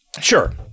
Sure